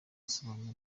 asobanura